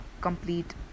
complete